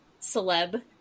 celeb